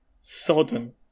Sodden